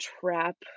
trap